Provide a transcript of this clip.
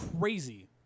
crazy